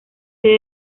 sede